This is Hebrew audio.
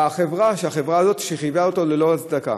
בחברה, שהחברה הזו חייבה ללא הצדקה.